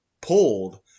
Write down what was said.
pulled